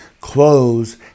clothes